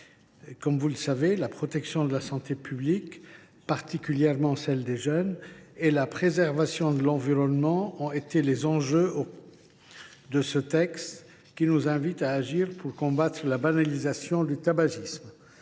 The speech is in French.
son territoire. La protection de la santé publique, particulièrement celle des jeunes, et la préservation de l’environnement ont constitué les enjeux de ce texte, qui nous invite à agir pour combattre la banalisation du tabagisme.